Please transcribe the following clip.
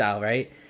right